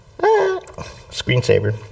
Screensaver